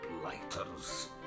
blighters